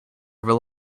rely